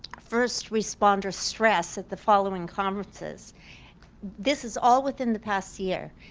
first responder stress at the following conferences this is all within the past year,